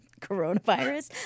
coronavirus